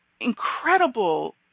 incredible